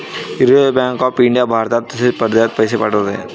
reserve bank of India भारतात तसेच परदेशात पैसे पाठवते